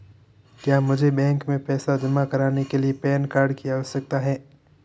क्या मुझे बैंक में पैसा जमा करने के लिए पैन कार्ड की आवश्यकता है?